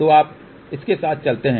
तो आप इसके साथ चलते हैं